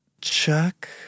Chuck